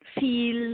feel